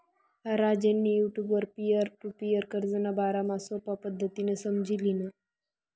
राजेंनी युटुबवर peer to peer कर्जना बारामा सोपा पद्धतीनं समझी ल्हिनं